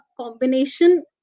combination